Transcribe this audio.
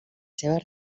seves